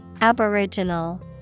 Aboriginal